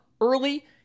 early